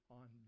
on